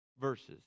verses